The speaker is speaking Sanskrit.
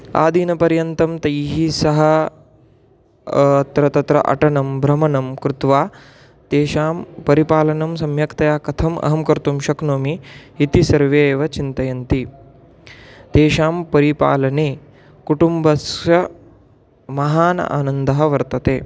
आदिनपर्यन्तं तैः सह अत्र तत्र अटनं भ्रमणं कृत्वा तेषां परिपालनं सम्यक्तया कथम् अहं कर्तुं शक्नोमि इति सर्वे एव चिन्तयन्ति तेषां परिपालने कुटुम्बस्य महान् आनन्दः वर्तते